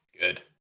Good